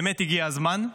באמת הגיע הזמן.